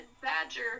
badger